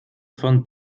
von